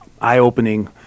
eye-opening